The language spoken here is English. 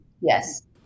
Yes